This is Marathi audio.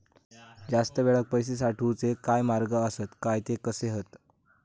जास्त वेळाक पैशे साठवूचे काय मार्ग आसत काय ते कसे हत?